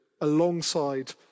alongside